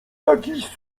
jakiś